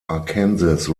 arkansas